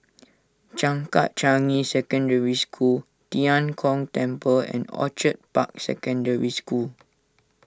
Changkat Changi Secondary School Tian Kong Temple and Orchid Park Secondary School